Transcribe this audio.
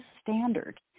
standard